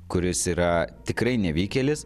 kuris yra tikrai nevykėlis